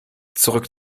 zurück